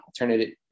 alternative